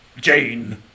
Jane